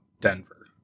Denver